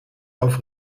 auf